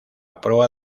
proa